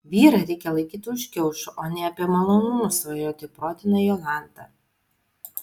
vyrą reikia laikyti už kiaušų o ne apie malonumus svajoti protina jolanta